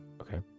Okay